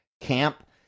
camp